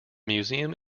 museum